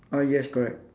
ah yes correct